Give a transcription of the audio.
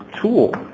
tool